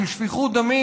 של שפיכות דמים,